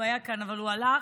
הוא היה כאן, אבל הוא הלך.